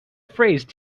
phrase